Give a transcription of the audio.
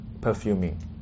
perfuming